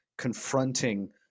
confronting